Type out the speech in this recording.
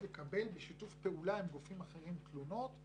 לקבל בשיתוף פעולה עם גופים אחרים תלונות.